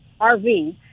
RV